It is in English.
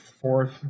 fourth